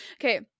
Okay